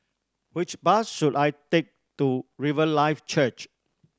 which bus should I take to Riverlife Church